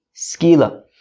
Skila